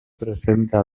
presenta